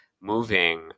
moving